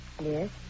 Yes